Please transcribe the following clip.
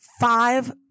five